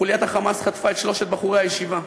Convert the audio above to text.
חוליית "חמאס" חטפה את שלושת בחורי הישיבה.